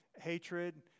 hatred